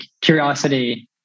curiosity